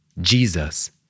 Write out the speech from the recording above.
Jesus